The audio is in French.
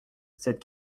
cette